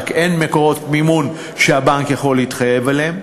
רק אין מקורות מימון שהבנק יכול להתחייב עליהם,